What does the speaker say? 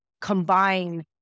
combine